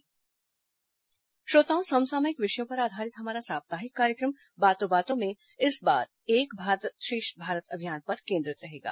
बातों बातों में श्रोताओं समसामयिक विषयों पर आधारित हमारा साप्ताहिक कार्यक्रम बातों बातों में इस बार एक भारत श्रेष्ठ भारत अभियान पर केंद्रित रहेगा